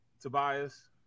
Tobias